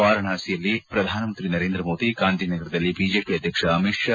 ವಾರಾಣಸಿಯಲ್ಲಿ ಪ್ರಧಾನಮಂತ್ರಿ ನರೇಂದ್ರ ಮೋದಿ ಗಾಂಧಿನಗರದಲ್ಲಿ ಬಿಜೆಪಿ ಅಧ್ಯಕ್ಷ ಅಮಿತ್ ಷಾ